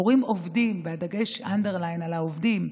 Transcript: הורים עובדים, בדגש, underline, על העובדים: